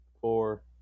four